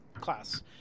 class